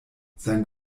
sein